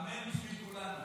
אמן בשביל כולנו.